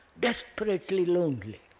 desperately lonely,